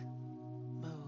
move